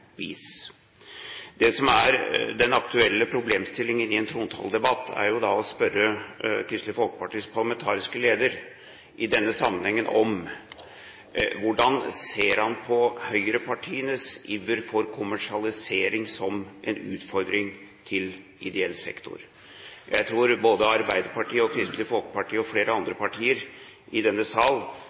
Det som er den aktuelle problemstillingen i en trontaledebatt, er jo da å spørre Kristelig Folkepartis parlamentariske leder i denne sammenhengen om: Hvordan ser han på høyrepartienes iver for kommersialisering som en utfordring til ideell sektor? Jeg tror både Arbeiderpartiet og Kristelig Folkeparti og flere andre partier i denne sal